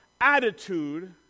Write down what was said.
attitude